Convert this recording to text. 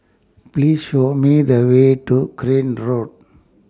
Please Show Me The Way to Crane Road